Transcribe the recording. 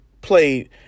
played